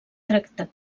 tractat